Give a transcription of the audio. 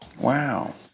Wow